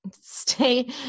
stay